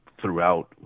throughout